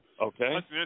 Okay